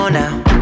now